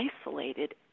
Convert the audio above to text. isolated